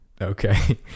Okay